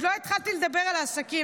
ועוד לא התחלתי לדבר על העסקים.